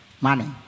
money